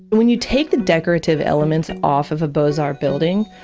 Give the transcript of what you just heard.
when you take the decorative elements off of a beaux-art building,